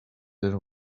that